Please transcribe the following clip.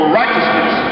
righteousness